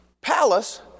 palace